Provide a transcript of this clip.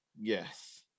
Yes